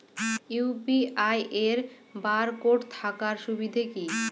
UPI এর barcode থাকার সুবিধে কি?